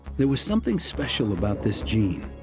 there was something special about this gene.